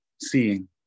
seeing